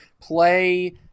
Play